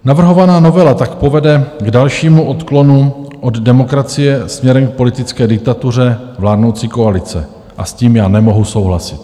Navrhovaná novela tak povede k dalšímu odklonu od demokracie směrem k politické diktatuře vládnoucí koalice a s tím já nemohu souhlasit.